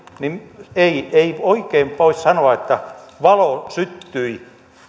niin ei ei oikein voi sanoa että valo syttyi